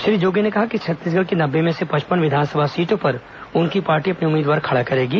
श्री जोगी ने कहा कि छत्तीसगढ़ की नब्बे में से पचपन विधानसभा सीटों पर उनकी पार्टी अपने उम्मीदवारा खड़ा करेगी